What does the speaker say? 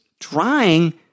trying